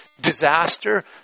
Disaster